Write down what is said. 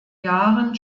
jahren